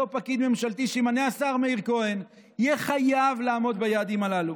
אותו פקיד ממשלתי שימנה השר מאיר כהן יהיה חייב לעמוד ביעדים הללו.